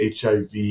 HIV